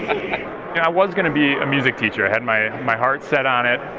yeah was going to be a music teacher. i had my my heart set on it.